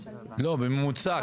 לא, בממוצע.